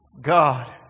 God